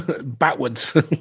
Backwards